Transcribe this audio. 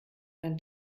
beim